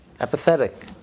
Apathetic